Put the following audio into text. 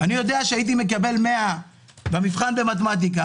אני יודע שכאשר הייתי מקבל 100 במבחן במתמטיקה,